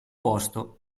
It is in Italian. posto